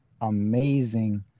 amazing